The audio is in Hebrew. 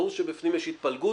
ברור שבפנים יש התפלגות.